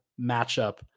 matchup